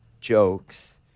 jokes